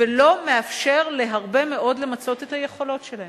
ולא מאפשר להרבה מאוד למצות את היכולות שלהם.